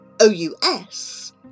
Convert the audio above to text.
O-U-S